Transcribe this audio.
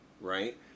right